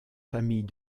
familles